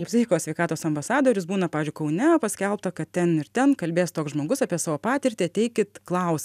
psichikos sveikatos ambasadorius būna pavyzdžiui kaune paskelbta kad ten ir ten kalbės toks žmogus apie savo patirtį ateikit klaus